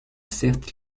certes